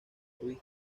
ruiz